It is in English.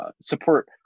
Support